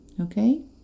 Okay